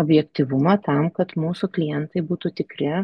objektyvumą tam kad mūsų klientai būtų tikri